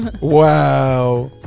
Wow